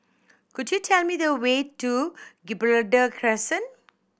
could you tell me the way to Gibraltar Crescent